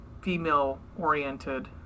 female-oriented